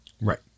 Right